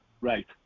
Right